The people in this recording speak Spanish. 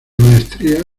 maestría